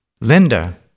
Linda